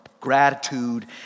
gratitude